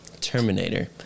Terminator